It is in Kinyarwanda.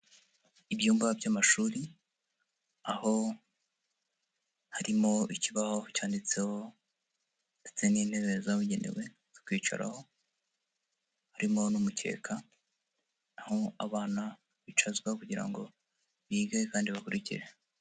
Ibyumba by'amashuri aho harimo ikibaho cyanditseho ndetse n'intebe zabugenewe zo kwicaraho harimo n'umukeka, aho abana bicazwa kugira ngo bige kandi bakurikire.